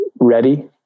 ready